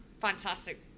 fantastic